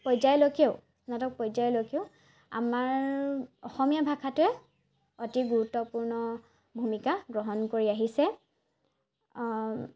পৰ্যায়লৈকেও স্নাতক পৰ্যায়লৈকেও আমাৰ অসমীয়া ভাষাটোৱে অতি গুৰুত্বপূৰ্ণ ভূমিকা গ্ৰহণ কৰি আহিছে